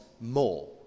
more